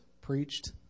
preached